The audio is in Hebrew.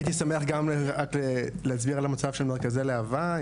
הייתי שמח גם להסביר על המצב של מרכזי להבה,